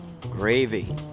Gravy